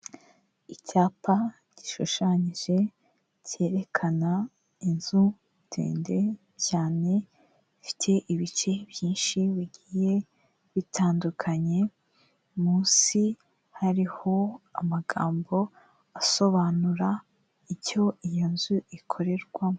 Icyapa gishushanyije cyerekana inzu ndende cyane, ifite ibice byinshi bigiye bitandukanye, munsi hariho amagambo asobanura icyo iyo nzu ikorerwamo.